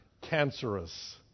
cancerous